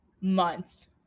months